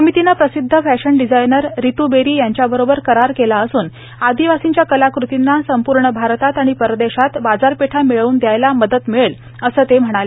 समितीनं प्रसिध्द fashion designer Ritu Beri यांच्याबरोबर करार केला असून आदिवासींच्या कलाकृतींना संपूर्ण आरतात आणि परदेशात बाजारपेठा मिळवून द्यायला मदत मिळेल असं ते म्हणाले